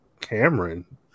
Cameron